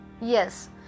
Yes